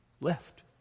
left